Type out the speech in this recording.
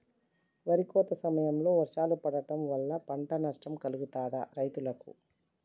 వరి కోత సమయంలో వర్షాలు పడటం వల్ల పంట నష్టం కలుగుతదా రైతులకు?